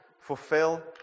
Fulfill